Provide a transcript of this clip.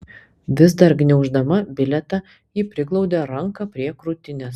vis dar gniauždama bilietą ji priglaudė ranką prie krūtinės